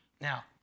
Now